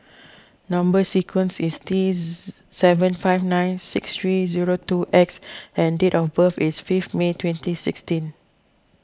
Number Sequence is T Z seven five nine six three zero two X and date of birth is fifth May twenty sixteen